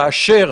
כאשר